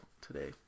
today